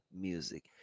music